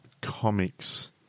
comics